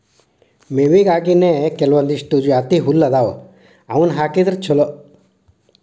ಮೇವಿಗಾಗಿನೇ ಕೆಲವಂದಿಷ್ಟು ಜಾತಿಹುಲ್ಲ ಅದಾವ ಅವ್ನಾ ಹಾಕಿದ್ರ ಚಲೋ